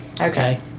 Okay